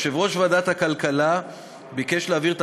יושב-ראש ועדת הכלכלה ביקש להעביר את